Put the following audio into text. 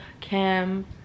Kim